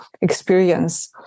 experience